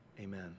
Amen